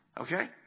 Okay